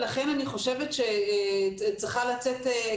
ולכן אני חושבת שצריכה לצאת,